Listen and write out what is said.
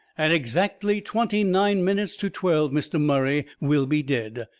at exactly twenty-nine minutes to twelve mr. murray will be dead.